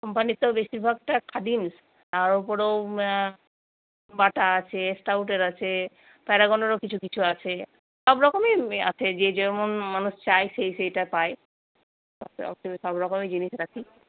কোম্পানির তো বেশিরভাগটা খাদিমস তার উপরেও বাটা আছে স্কাউটের আছে প্যারাগনেরও কিছু কিছু আছে সবরকমই আছে যে যেমন মানুষ চায় সেই সেইটা পায় সবরকমই জিনিস রাখি